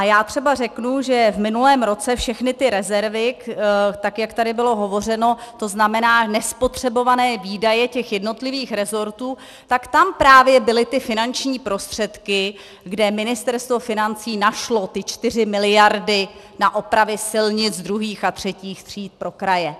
Já třeba řeknu, že v minulém roce všechny ty rezervy, tak jak tady bylo hovořeno, to znamená nespotřebované výdaje těch jednotlivých resortů, tak tam právě byly ty finanční prostředky, kde Ministerstvo financí našlo ty 4 mld. na opravy silnic druhých a třetích tříd pro kraje.